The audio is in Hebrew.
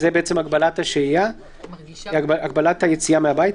זה בעצם הגבלת היציאה מהבית.